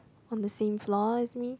on the same floor as me